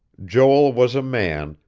joel was a man,